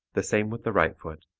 the same with the right foot,